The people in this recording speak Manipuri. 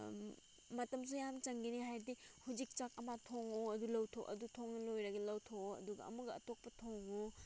ꯃꯇꯝꯁꯨ ꯌꯥꯝ ꯆꯪꯒꯅꯤ ꯍꯥꯏꯕꯗꯤ ꯍꯧꯖꯤꯛ ꯆꯥꯛ ꯑꯃ ꯊꯣꯡꯉꯣ ꯑꯗꯨ ꯂꯧꯊꯣꯛꯑ ꯑꯗꯨ ꯊꯣꯡꯉ ꯂꯣꯏꯔꯒ ꯂꯧꯊꯣꯛꯑꯣ ꯑꯗꯨꯒ ꯑꯃꯨꯛꯀ ꯑꯇꯣꯞꯄ ꯊꯣꯡꯉꯣ